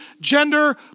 gender